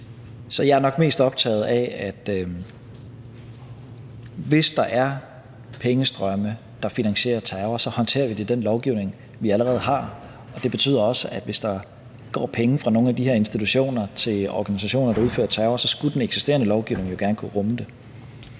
Så jeg er nok mest optaget af, at hvis der er pengestrømme, der finansierer terror, så håndterer vi det i den lovgivning, vi allerede har. Og det betyder også, at hvis der går penge fra nogle af de her institutioner til organisationer, der udfører terror, så skulle den eksisterende lovgivning jo gerne kunne rumme det.